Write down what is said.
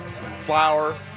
flour